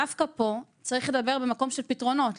דווקא פה צריך לדבר ממקום של פתרונות,